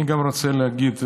אני גם רוצה להגיד,